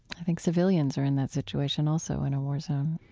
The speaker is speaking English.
i think civilians are in that situation, also, in a war zone,